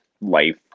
life